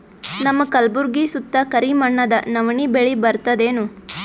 ನಮ್ಮ ಕಲ್ಬುರ್ಗಿ ಸುತ್ತ ಕರಿ ಮಣ್ಣದ ನವಣಿ ಬೇಳಿ ಬರ್ತದೇನು?